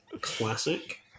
classic